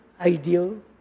ideal